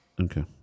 Okay